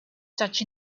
such